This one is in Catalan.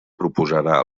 proposarà